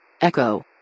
Echo